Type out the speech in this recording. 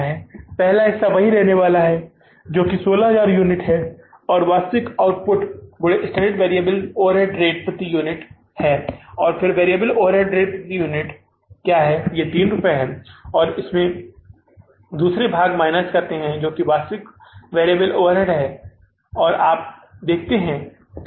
पहला हिस्सा वही रहने वाला है जो 16000 यूनिट्स का है वास्तविक आउटपुट गुणे स्टैण्डर्ड वेरिएबल ओवरहेड रेट प्रति यूनिट है और वैरिएबल ओवरहेड रेट प्रति यूनिट क्या है ये रुपये 3 है और इसमें से दूसरा भाग माइनस करते है जो वास्तविक वेरिएबल ओवरहेड है और यदि आप देखते हैं तो